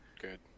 Good